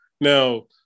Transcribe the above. Now